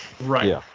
Right